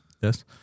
Yes